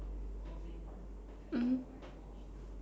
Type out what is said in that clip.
mmhmm